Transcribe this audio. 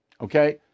okay